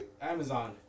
Amazon